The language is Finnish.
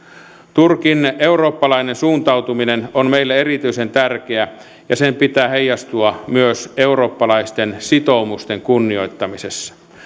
turkin eurooppalainen suuntautuminen on meille erityisen tärkeää ja sen pitää heijastua myös eurooppalaisten sitoumusten kunnioittamisena